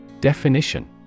Definition